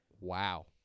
Wow